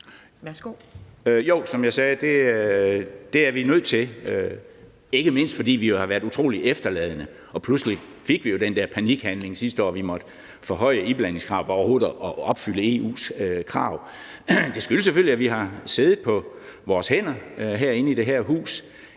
jeg sagde, nødt til, ikke mindst fordi vi jo har været utrolig efterladende, og vi sidste år pludselig fik den der panikhandling med, at vi måtte forhøje iblandingskravet for overhovedet at opfylde EU's krav. Det skyldes selvfølgelig, at vi har siddet på vores hænder herinde i det her hus,